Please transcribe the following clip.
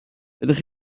ydych